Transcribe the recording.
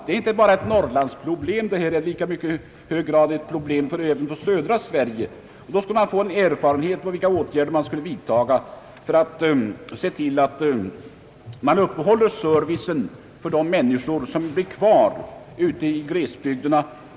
Detta är inte bara ett norrlandsproblem, utan i lika hög grad ett problem för södra Sverige. Man skulle behöva erfarenhet av de olika åtgärderna för att uppehålla servicen för de människor som blir kvar ute i glesbygderna.